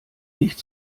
nicht